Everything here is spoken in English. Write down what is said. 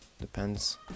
depends